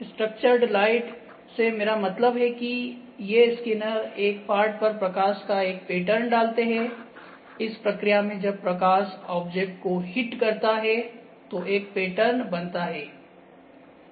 structured light से मेरा मतलब है कि ये स्कैनर एक पार्ट पर प्रकाश का एक पैटर्न डालते है इस प्रक्रिया में जब प्रकाश ऑब्जेक्ट को हिट करता है तो एक पैटर्नबनता है